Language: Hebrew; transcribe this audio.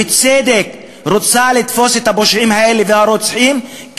ובצדק רוצה לתפוס את הפושעים הרוצחים האלה,